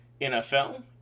NFL